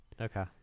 Okay